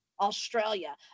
Australia